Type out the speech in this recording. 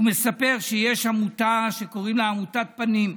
הוא מספר שיש עמותה שקוראים לה "עמותת פנים",